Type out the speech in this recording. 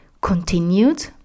continued